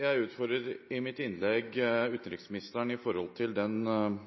Jeg utfordret i mitt innlegg utenriksministeren angående den